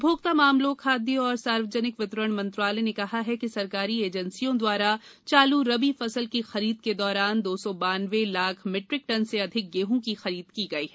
उपभोक्ता मामलों खाद्य और सार्वजनिक वितरण मंत्रालय ने कहा है कि सरकारी एजेंसियों द्वारा चालू रबी फसल की खरीद के दौरान दो सौ बानवे लाख मीट्रिक टन से अधिक गेहूं की खरीद की गई है